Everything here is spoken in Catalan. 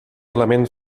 element